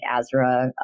Azra